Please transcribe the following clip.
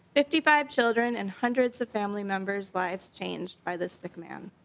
fifty five children and hundreds of family members lives changed by the sick man.